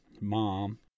mom